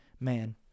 man